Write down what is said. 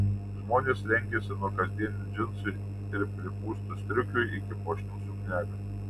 žmonės rengėsi nuo kasdienių džinsų ir pripūstų striukių iki puošnių suknelių